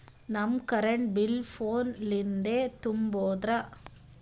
ನಮ್ current bill ಫೋನ ಲಿಂದೇ ತುಂಬೌದ್ರಾ?